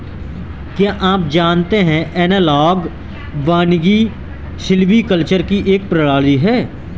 क्या आप जानते है एनालॉग वानिकी सिल्वीकल्चर की एक प्रणाली है